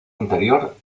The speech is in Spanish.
interior